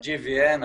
ה-GVN,